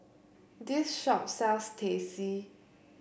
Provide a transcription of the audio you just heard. this shop sells Teh C